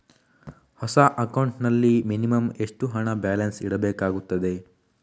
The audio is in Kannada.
ಹೊಸ ಅಕೌಂಟ್ ನಲ್ಲಿ ಮಿನಿಮಂ ಎಷ್ಟು ಹಣ ಬ್ಯಾಲೆನ್ಸ್ ಇಡಬೇಕಾಗುತ್ತದೆ?